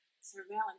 surveillance